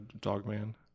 Dogman